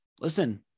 listen